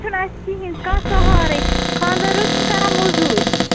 چھُنہٕ اَسہِ کِہیٖنٛۍ کانٛہہ سَہارَے خانٛدار حظ چھُم کران موٚزوٗرۍ